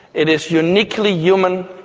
it is uniquely human,